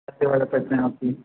سیوا جو کرتے ہیں آپ کی